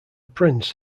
prince